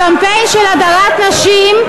קמפיין של הדרת נשים,